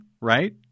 right